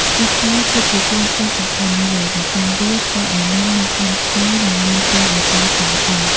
ស្លឹកតើយគឺជាគ្រឿងផ្សំសំខាន់មួយ ដោយសារវាធ្វើឱ្យនំមានក្លិនឈ្ងុយ និងមានពណ៌បៃតងស្រស់ល្អ។